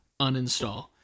uninstall